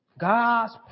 God's